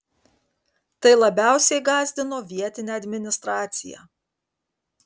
tai labiausiai gąsdino vietinę administraciją